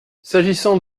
s’agissant